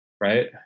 right